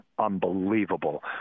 Unbelievable